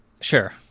Sure